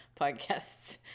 podcasts